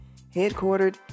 headquartered